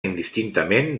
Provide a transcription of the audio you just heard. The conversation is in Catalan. indistintament